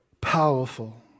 Powerful